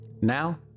Now